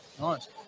Nice